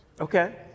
Okay